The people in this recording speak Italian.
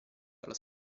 dalla